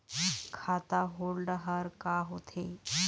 खाता होल्ड हर का होथे?